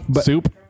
soup